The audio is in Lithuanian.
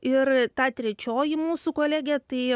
ir ta trečioji mūsų kolegė tai